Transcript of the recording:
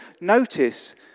notice